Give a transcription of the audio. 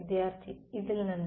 വിദ്യാർത്ഥി ഇതിൽ നിന്ന്